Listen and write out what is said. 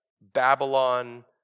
Babylon